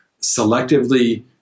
selectively